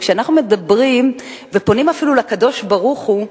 כשאנחנו מדברים ופונים אפילו לקדוש-ברוך-הוא,